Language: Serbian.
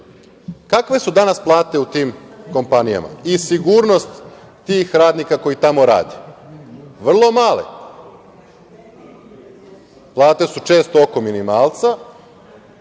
su danas plate u tim kompanijama i sigurnost tih radnika koji tamo rade? Vrlo male. Plate su često oko minimalca,